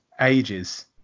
ages